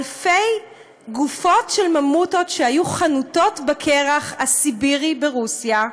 אלפי גופות של ממותות שהיו חנוטות בקרח הסיבירי ברוסיה,